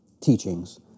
teachings